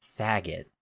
faggot